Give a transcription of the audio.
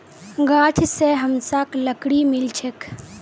गाछ स हमसाक लकड़ी मिल छेक